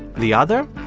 the other?